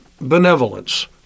benevolence